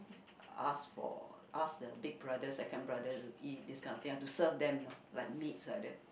ask for ask the big brother second brother to eat this kind of thing have to serve them you know like maids like that